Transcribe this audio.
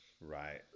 Right